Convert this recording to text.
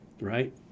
right